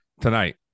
tonight